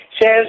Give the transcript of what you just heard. says